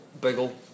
bagel